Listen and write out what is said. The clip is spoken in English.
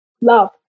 love